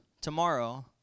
tomorrow